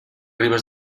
ribes